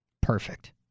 Perfect